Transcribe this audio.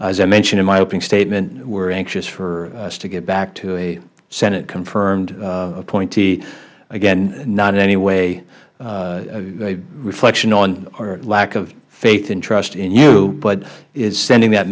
as i mentioned in my opening statement we are anxious for us to get back to a senateconfirmed appointee again not in any way a reflection on or lack of faith and trust in you but is sending that